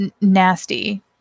nasty